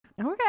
okay